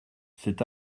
cet